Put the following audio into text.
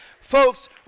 Folks